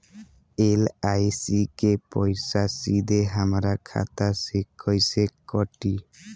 LIC के पईसा सीधे हमरा खाता से कइसे कटी?